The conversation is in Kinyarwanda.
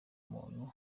muntu